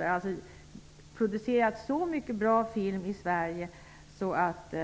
Det har producerats så mycket bra film i Sverige så att